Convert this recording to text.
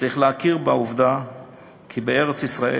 צריך להכיר בעובדה שבארץ-ישראל,